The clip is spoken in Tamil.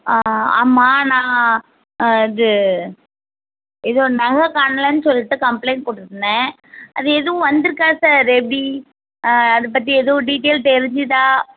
ஆ ஆமாம் நான் இது ஏதோ நகை காணலைன்னு சொல்லிவிட்டு கம்ப்ளைண்ட் கொடுத்துருந்தேன் அது எதுவும் வந்துருக்கா சார் எப்படி அதை பற்றி எதுவும் டீட்டைல் தெரிஞ்சுதா